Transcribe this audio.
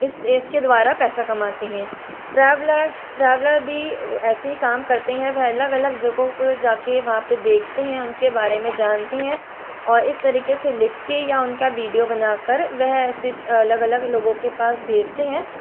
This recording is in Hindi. इस इसके द्वारा पैसा कमाते हैं ट्रैवलर ट्रैवलर भी ऐसे ही काम करते हैं वह अलग अलग जगहों पर जा के वहाँ पे देखते हैं उनके बारे में जानते हैं और इस तरीके से लिख के या उनका वीडियो बना कर वह ऐसे अलग अलग लोगों के पास भेजते हैं